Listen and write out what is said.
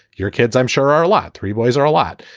your kids, i'm sure, are a lot. three boys are a lot.